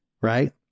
right